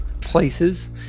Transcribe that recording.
places